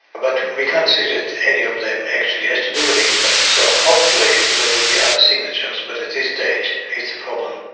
but we can't say that any of them actually has to do with the impacts. so hopefully there will be other signatures, but at this stage it's a problem.